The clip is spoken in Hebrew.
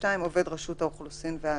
עובד רשות האוכלוסין וההגירה.